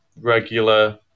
regular